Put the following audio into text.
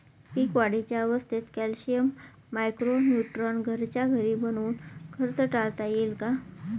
पीक वाढीच्या अवस्थेत calcium, micro neutron घरच्या घरी बनवून खर्च टाळता येईल का?